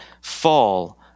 fall